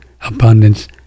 abundance